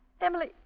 Emily